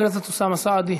חבר הכנסת אוסאמה סעדי?